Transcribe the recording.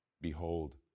Behold